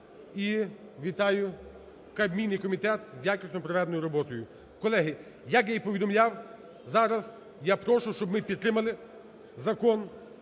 І вітаю Кабмін і комітет з якісно проведеною роботою. Колеги, як я і повідомляв, зараз я прошу, щоб ми підтримали закон,